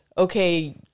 okay